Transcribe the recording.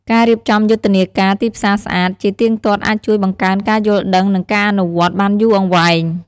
ការរៀបចំយុទ្ធនាការ "ទីផ្សារស្អាត" ជាទៀងទាត់អាចជួយបង្កើនការយល់ដឹង និងការអនុវត្តបានយូរអង្វែង។